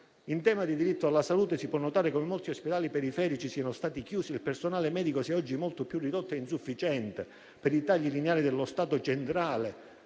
In tema di diritto alla salute, si può notare come molti ospedali periferici siano stati chiusi e il personale medico sia oggi molto più ridotto e insufficiente, per i tagli lineari dello Stato centrale